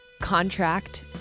Contract